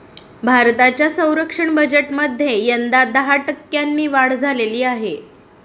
भारताच्या संरक्षण बजेटमध्ये यंदा दहा टक्क्यांनी वाढ झालेली आहे